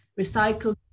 recycled